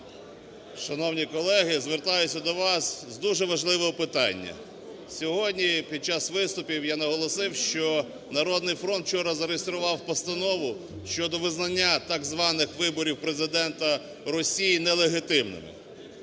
Шановні колеги, звертаюсь до вас з дуже важливого питання. Сьогодні під час виступів я наголосив, що "Народний фронт" вчора зареєстрував постанову щодо визнання так званих виборів Президента Росії нелегітимними.